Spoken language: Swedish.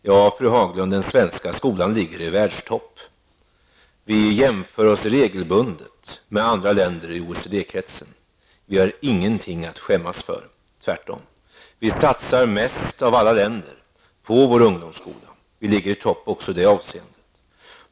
Ja, fru Haglund, den svenska skolan ligger i världstopp. Vi jämför oss regelbundet med andra länder i OECD-kretsen. Vi har ingenting att skämmas för -- tvärtom. Vi satsar mest av alla länder på vår ungdomsskola, och vi ligger i topp också i det avseendet.